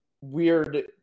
weird